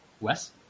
Wes